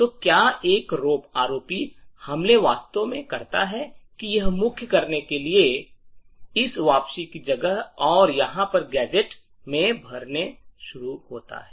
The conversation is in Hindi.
तो क्या एक रोप हमले वास्तव में करता है कि यह मुख्य करने के लिए इस वापसी की जगह है और यहां पर गैजेट में भरने शुरू होता है